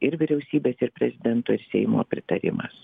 ir vyriausybės ir prezidento ir seimo pritarimas